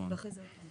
אבל אם אין חברה?